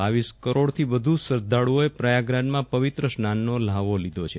બાવીસ કરોડ થી વધુ શ્રધ્ધાળુઓએ પ્રયાગરાજમાં પવિત્ર સ્નાનો લ્ફાવો લીધો છે